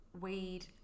weed